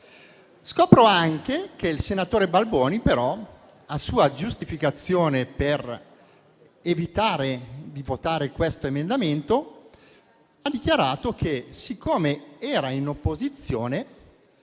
Scopro anche che il senatore Balboni però, a sua giustificazione per evitare di votare questo emendamento, ha dichiarato che, siccome era all'opposizione,